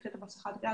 קחי את המסכה ולכי.